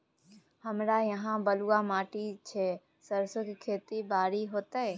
हमरा यहाँ बलूआ माटी छै सरसो के खेती बारी होते?